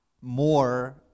more